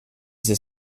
their